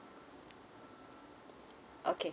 okay